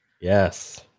yes